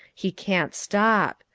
he can't stop.